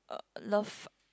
love